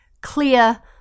clear